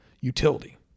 utility